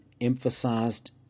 emphasized